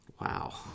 Wow